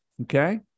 Okay